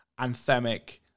anthemic